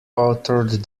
authored